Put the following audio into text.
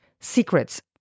secrets